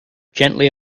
gently